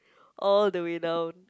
all the way down